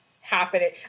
happening